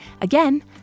Again